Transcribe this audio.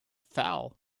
foul